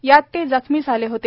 यात ते जखमी झाले होते